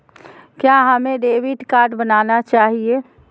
क्या हमें debit card बनाना चाहिए?